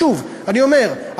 שוב אני אומר,